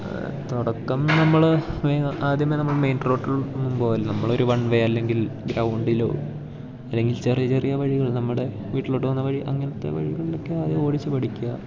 തുടക്കം നമ്മൾ മേ ആദ്യമേ നമ്മൾ മെയിൻ റോട്ടിൽ എന്നും പോകില്ല നമ്മളൊരു വൺ വേ അല്ലെങ്കിൽ ഗ്രൗണ്ടിലോ അല്ലെങ്കിൽ ചെറിയ ചെറിയ വഴികൾ നമ്മുടെ വീട്ടിലോട്ടു വന്ന വഴി അങ്ങനത്തെ വഴികളിലൊക്കെ ആദ്യം ഓടിച്ച് പഠിക്കുക